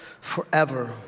forever